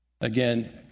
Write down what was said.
Again